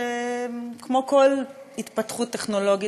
כמו כל התפתחות טכנולוגית,